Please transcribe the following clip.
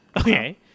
okay